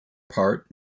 part